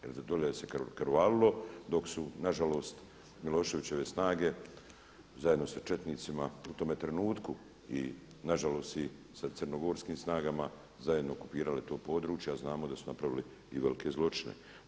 Jer dole se krvarilo dok su na žalost Miloševićeve snage zajedno sa četnicima u tome trenutku i na žalost i sa crnogorskim snagama zajedno okupirale to područje, a znamo da su napravili i velike zločine.